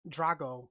Drago